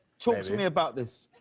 talk to me about this.